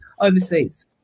overseas